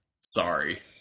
Sorry